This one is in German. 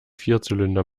vierzylinder